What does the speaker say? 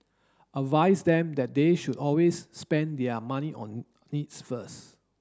advise them that they should always spend their money on needs first